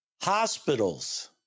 hospitals